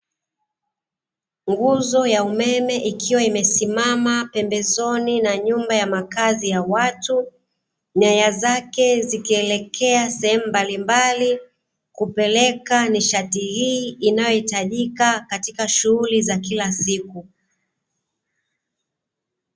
Nguzo ya umeme ikiwa imesimama pembezoni na nyuma ya makazi ya watu, nyaya zake zikielekea sehemu mbalimbali kupeleka nishati hii inayohitajika katika shughuli za kila siku.